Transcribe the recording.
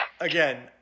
Again